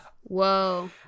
Whoa